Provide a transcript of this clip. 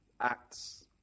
Acts